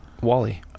wally